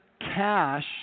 cash